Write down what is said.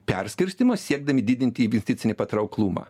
perskirstymo siekdami didinti investicinį patrauklumą